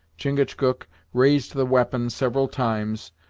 chingachgook raised the weapon several times,